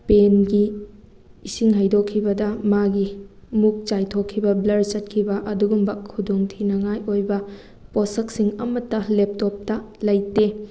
ꯄꯦꯟꯒꯤ ꯏꯁꯤꯡ ꯍꯩꯗꯣꯛꯈꯤꯕꯗ ꯃꯥꯒꯤ ꯃꯨꯛ ꯆꯥꯏꯊꯣꯛꯈꯤꯕ ꯕ꯭ꯂꯔ ꯆꯠꯈꯤꯕ ꯑꯗꯨꯒꯨꯝꯕ ꯈꯨꯗꯣꯡ ꯊꯤꯅꯤꯡꯉꯥꯏ ꯑꯣꯏꯕ ꯄꯣꯠꯁꯛꯁꯤꯡ ꯑꯃꯇ ꯂꯦꯞꯇꯣꯞꯇ ꯂꯩꯇꯦ